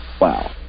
Wow